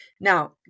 Now